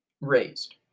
raised